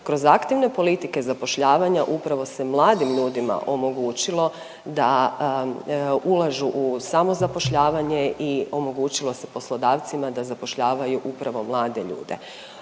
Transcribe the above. Kroz aktivne politike zapošljavanja upravo se mladim ljudima omogućilo da ulažu u samozapošljavanje i omogućilo se poslodavcima da zapošljavaju upravo mlade ljude.